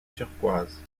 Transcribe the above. turquoise